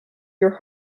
your